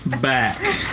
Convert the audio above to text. back